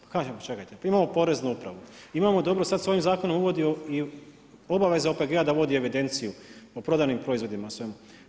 Pa kažem, čekajte, imamo Poreznu upravu imamo dobro sad se ovim zakonom uvodi i obaveza OPG-a da vodi evidenciju o prodanim proizvodima i svemu.